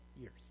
years